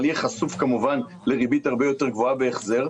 אבל יהיה חשוף כמובן לריבית הרבה יותר גבוהה בהחזר,